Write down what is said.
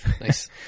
Nice